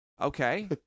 Okay